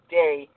day